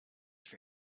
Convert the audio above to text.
for